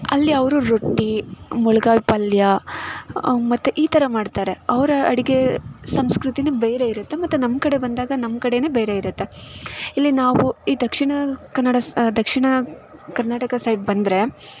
ಅಲ್ಲಿ ಅವರು ರೊಟ್ಟಿ ಮುಳ್ಗಾಯಿ ಪಲ್ಯ ಮತ್ತು ಈ ಥರ ಮಾಡ್ತಾರೆ ಅವ್ರು ಅಡುಗೆ ಸಂಸ್ಕೃತಿಯೆ ಬೇರೆ ಇರುತ್ತೆ ಮತ್ತು ನಮ್ಮ ಕಡೆ ಬಂದಾಗ ನಮ್ಮ ಕಡೆಯೇ ಬೇರೆ ಇರುತ್ತೆ ಇಲ್ಲಿ ನಾವು ಈ ದಕ್ಷಿಣ ಕನ್ನಡ ಸ್ ದಕ್ಷಿಣ ಕರ್ನಾಟಕ ಸೈಡ್ ಬಂದರೆ